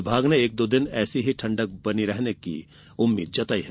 विभाग ने एक दो दिन ऐसी ही ठंडक बनी रहने का अनुमान जताया है